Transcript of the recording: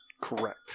Correct